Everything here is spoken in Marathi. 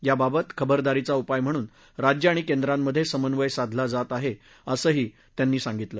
यावावत खबरादारीचा उपाय म्हणून राज्य आणि केंद्रांमधे समन्वय साधला जात आहे असंही त्यांनी सांगितलं